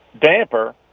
damper